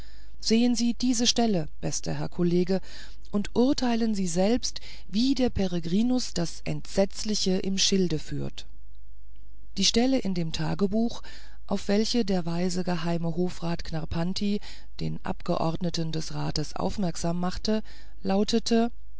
sehen sie diese stelle bester herr kollege und urteilen sie selbst wie der peregrinus das entsetzliche im schilde führt die stelle in dem tagebuche auf welche der weise geheime hofrat knarrpanti den abgeordneten des rats aufmerksam machte lautete